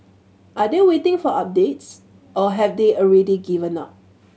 are they waiting for updates or have they already given up